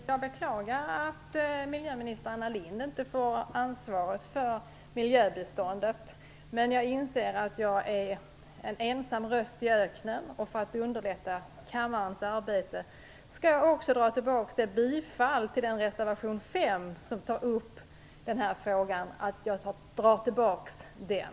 Herr talman! Jag beklagar att miljöminister Anna Lind inte får ansvaret för miljöbiståndet. Jag inser att jag är en ensam röst i öknen. För att underlätta kammarens arbete drar jag tillbaka mitt yrkande om bifall till reservation nr 5.